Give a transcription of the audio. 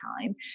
time